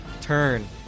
turn